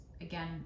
again